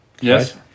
Yes